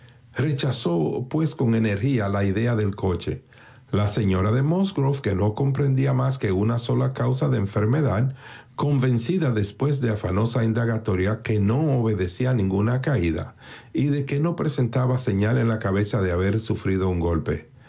rechazó pues con energía la idea del coche la señora de musgrove que no comprendía más que una sola causa de enfermedad convencida después de afanosa indagatoria de que no obedecía a ninguna caída y de que no presentaba señal en la cabeza de haber sufrido un golpe